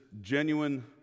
genuine